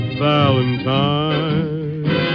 valentine